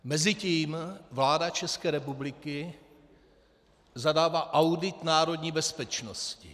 Mezitím vláda České republiky zadává audit národní bezpečnosti.